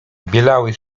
bielały